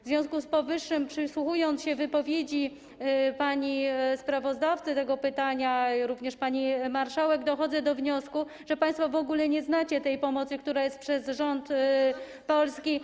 W związku z powyższym przysłuchałam się wypowiedzi pani sprawozdawcy, jak również pani marszałek, i dochodzę do wniosku, że państwo w ogóle nie znacie tej pomocy, która jest przez rząd Polski.